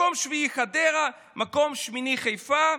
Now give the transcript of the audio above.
מקום שביעי, חדרה, מקום שמיני, חיפה,